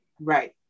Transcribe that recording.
Right